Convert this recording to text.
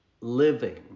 living